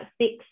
six